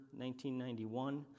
1991